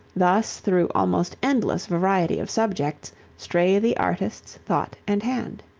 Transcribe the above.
thus through almost endless variety of subjects stray the artist's thought and hand.